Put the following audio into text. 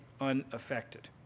unaffected